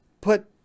put